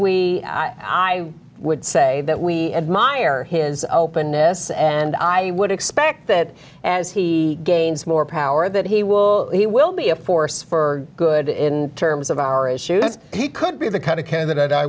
we would say that we admire his openness and i would expect that as he gains more power that he will he will be a force for good in terms of our issues he could be the kind of can